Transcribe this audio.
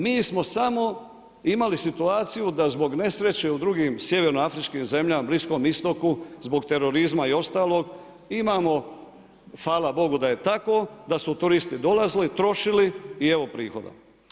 Mi smo samo imali situaciju da zbog nesreće u drugim sjevernoafričkim zemljama, Bliskom istoku, zbog terorizma i ostalog imamo hvala Bogu da je tako, da su turisti dolazili, trošili i evo prihoda.